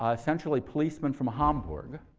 ah essentially policemen from hamburg,